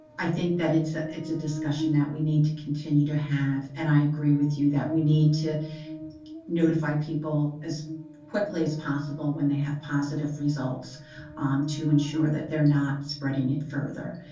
i think that it's ah a discussion that we need to continue to have. and i agree with you that we need to notify people as quickly as possible when they have positive results um to ensure that they're not spreading it further.